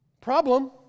Problem